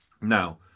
Now